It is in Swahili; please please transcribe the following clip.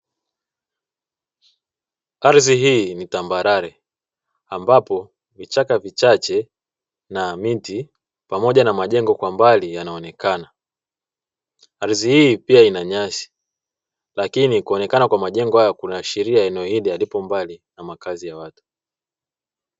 Ardhi hii ni tambarare ambapo vichaka vichache na miti pamoja na majengo kwa mbali yanaonekana, ardhi hii pia ina nyasi lakini kuonekana kwa majengo haya kuna ashiria eneo hili alipo mbali na makazi ya watu.